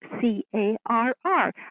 C-A-R-R